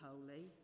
holy